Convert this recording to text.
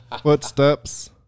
footsteps